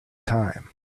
time